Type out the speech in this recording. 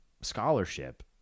scholarship